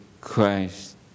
Christ